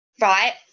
right